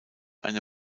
eine